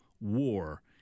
War